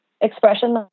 expression